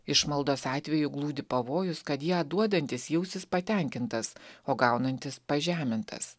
išmaldos atveju glūdi pavojus kad ją duodantis jausis patenkintas o gaunantis pažemintas